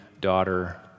daughter